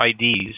IDs